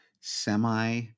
semi-